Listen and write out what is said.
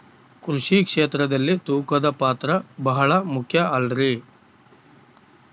ಕೃಷಿ ಕ್ಷೇತ್ರದಲ್ಲಿ ತೂಕದ ಪಾತ್ರ ಬಹಳ ಮುಖ್ಯ ಅಲ್ರಿ?